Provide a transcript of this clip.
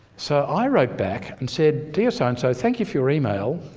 so i wrote back and said, dear so-and-so. thank you for your email.